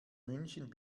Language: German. münchen